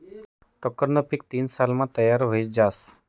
टोक्करनं पीक तीन सालमा तयार व्हयी जास